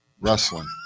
Wrestling